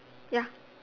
ya